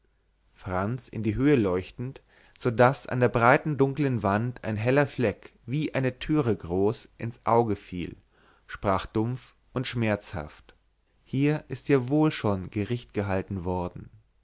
franz in die höhe leuchtend so daß an der breiten dunklen wand ein heller fleck wie eine türe groß ins auge fiel sprach dumpf und schmerzhaft hier ist ja wohl schon gericht gehalten worden